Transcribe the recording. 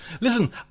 Listen